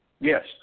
Yes